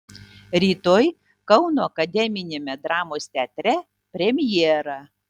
rytoj kauno akademiniame dramos teatre premjera